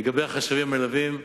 לגבי החשבים המלווים,